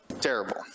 terrible